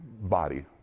body